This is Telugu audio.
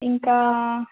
ఇంకా